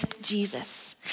Jesus